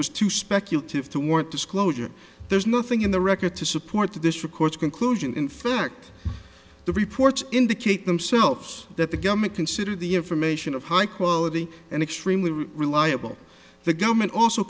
was too speculative to warrant disclosure there's nothing in the record to support the district court's conclusion in fact the reports indicate themselves that the government considered the information of high quality and extremely reliable the government also